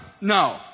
No